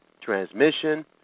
transmission